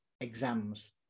exams